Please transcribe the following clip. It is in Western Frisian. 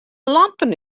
lampen